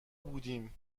بودیم